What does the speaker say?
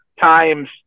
times